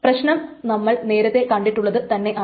പ്രശ്നം നമ്മൾ നേരത്തെ കണ്ടിട്ടുള്ളതു തന്നെയാണ്